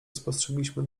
spostrzegliśmy